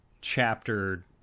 chapter